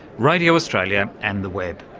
radio australia and the web.